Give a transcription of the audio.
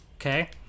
okay